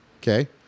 Okay